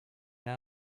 now